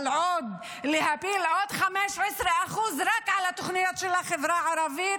אבל להפיל עוד 15% רק על התוכניות של החברה הערבית?